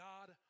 God